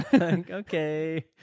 Okay